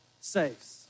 saves